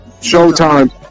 Showtime